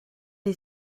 est